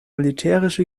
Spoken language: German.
militärische